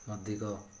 ଅଧିକ